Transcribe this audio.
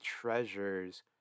treasures